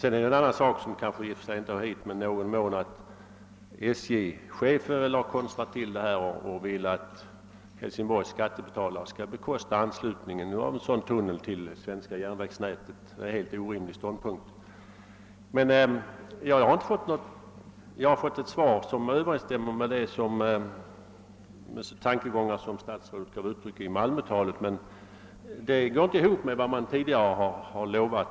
En annan sak som kanske i någon mån hör hit är att SJ:s chef har konstrat till det hela och vill att Hälsingborgs skattebetalare skall bekosta anslutningen av en sådan tunnel till det svenska järnvägsnätet. Det är helt orimligt. Herr talman! Jag har fått ett svar som överensstämmer med de tankegångar som statsrådet gav uttryck åt i Malmötalet, men det går inte ihop med vad man tidigare har lovat.